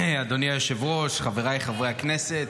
אדוני היושב-ראש, חבריי חברי הכנסת,